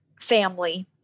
family